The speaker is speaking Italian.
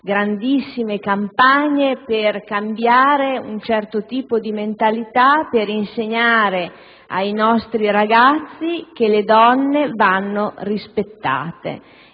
grandissime campagne per cambiare un certo tipo di mentalità, per insegnare ai nostri ragazzi che le donne vanno rispettate.